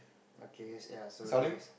okay ya so he is